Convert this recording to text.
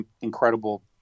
incredible